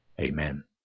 Amen